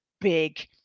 big